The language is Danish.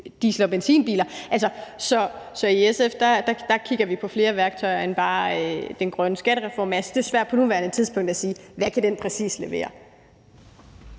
diesel- og benzinbiler. Så i SF kigger vi på flere værktøjer end bare den grønne skattereform. Jeg synes, det er svært på nuværende tidspunkt at sige, hvad den præcis kan levere.